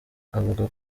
avuga